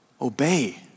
Obey